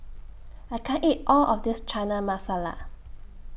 I can't eat All of This Chana Masala